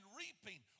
reaping